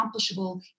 accomplishable